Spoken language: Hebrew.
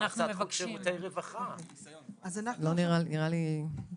אני מבקשת שהצו יהיה בהיוועצות גם עם הנציבות כמו שמקובל בכל החקיקות.